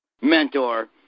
mentor